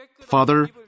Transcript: Father